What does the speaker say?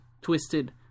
twisted